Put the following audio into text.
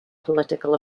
political